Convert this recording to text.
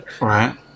Right